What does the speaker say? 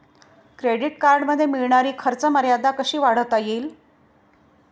Credit कार्डमध्ये मिळणारी खर्च मर्यादा कशी वाढवता येईल?